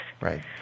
Right